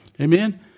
Amen